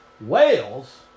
Wales